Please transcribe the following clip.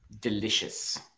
Delicious